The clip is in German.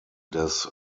des